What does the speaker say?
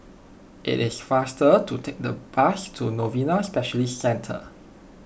it is faster to take the bus to Novena Specialist Centre